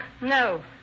No